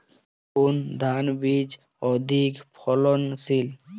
কোন ধান বীজ অধিক ফলনশীল?